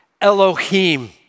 Elohim